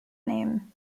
name